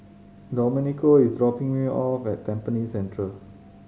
Domenico is dropping me off at Tampines Central